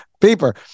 paper